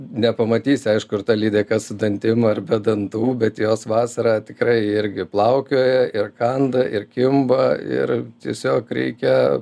nepamatysi aišku ar ta lydeka su dantim ar be dantų bet jos vasarą tikrai irgi plaukioja ir kanda ir kimba ir tiesiog reikia